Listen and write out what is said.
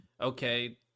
okay